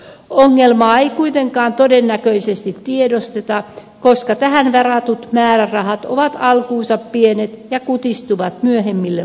ongelmaa ei kuitenkaan todennäköisesti tiedosteta koska tähän varatut määrärahat ovat alkuunsa pienet ja kutistuvat myöhemmille vuosille